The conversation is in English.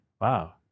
Wow